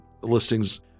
listings